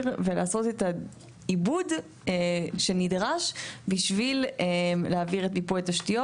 ולעשות את העיבוד שנדרש בשביל להעביר את מיפוי התשתיות.